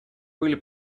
были